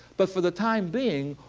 but for the time being,